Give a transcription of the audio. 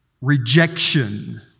Rejection